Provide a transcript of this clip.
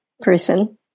person